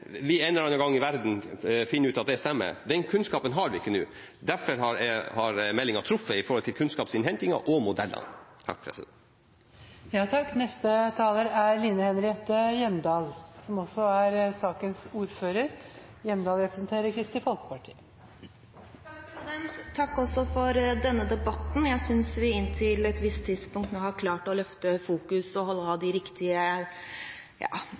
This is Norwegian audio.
vi en eller annen gang finner ut at det stemmer, men den kunnskapen har vi ikke nå. Derfor har meldingen truffet i forhold til kunnskapsinnhentingen og modellene. Takk for denne debatten. Jeg synes vi inntil et visst tidspunkt har klart å løfte fokus og ha de riktige